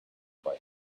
boy